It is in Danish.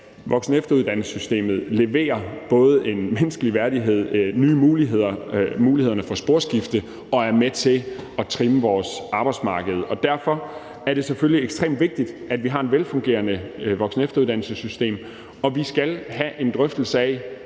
voksen- og efteruddannelsessystemet leverer både en menneskelig værdighed, nye muligheder og muligheder for sporskifte og er med til at trimme vores arbejdsmarked. Det er selvfølgelig ekstremt vigtigt, at vi har et velfungerende voksen- og efteruddannelsessystem, og vi skal have en drøftelse af,